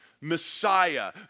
Messiah